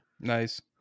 Nice